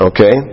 Okay